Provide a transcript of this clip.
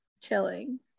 chilling